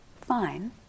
Fine